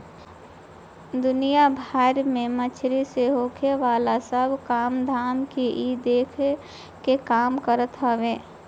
दुनिया भर में मछरी से होखेवाला सब काम धाम के इ देखे के काम करत हवे